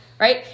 Right